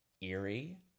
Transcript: eerie